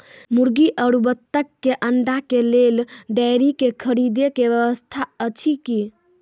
मुर्गी आरु बत्तक के अंडा के लेल डेयरी के खरीदे के व्यवस्था अछि कि?